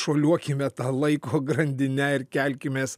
šuoliuokime ta laiko grandine ir kelkimės